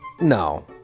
no